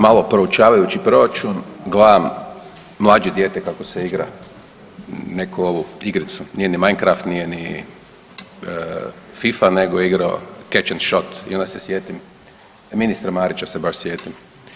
Malo proučavajući proračun gledam mlađe dijete kako se igra neku ovu igricu, nije ni Minecraft, nije ni Fifa nego je igrao Ketch and shoot i onda se sjetim, ministra Marića se baš sjetim.